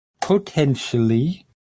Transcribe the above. Potentially